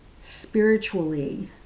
spiritually